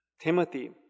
Timothy